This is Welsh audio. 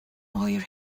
oer